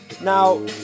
Now